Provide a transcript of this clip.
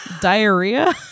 diarrhea